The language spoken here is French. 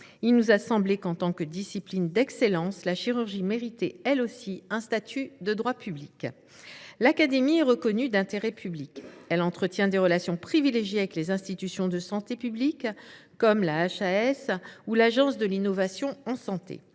il nous a semblé qu’en tant que discipline d’excellence la chirurgie méritait elle aussi un statut de droit public. L’Académie nationale de chirurgie est reconnue d’intérêt public ; elle entretient des relations privilégiées avec les institutions de santé publique comme la HAS ou l’Agence de l’innovation en santé.